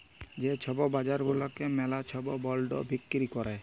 যে ছব বাজার গুলাতে ম্যালা ছব বল্ড বিক্কিরি ক্যরে